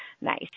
nice